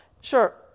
sure